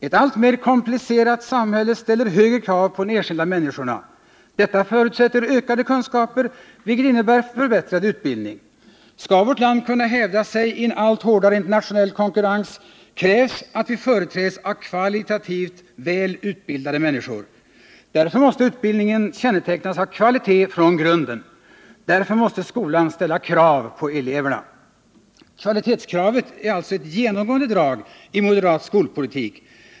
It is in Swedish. Ett alltmer komplicerat samhälle ställer högre krav på de enskilda människorna. Detta förutsätter ökade kunskaper, vilket innebär förbättrad utbildning. Skall vårt land kunna hävda sig i en allt hårdare internationell konkurrens krävs att vi företräds av kvalitativt väl utbildade människor. Därför måste utbildningen kännetecknas av kvalitet från grunden. Därför måste skolan ställa krav på eleverna. Kvalitetskravet är alltså ett genomgående drag i moderat skolpolitik.